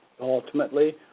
ultimately